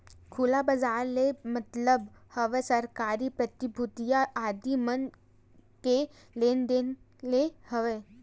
खुला बजार ले मतलब हवय सरकारी प्रतिभूतिया आदि मन के लेन देन ले हवय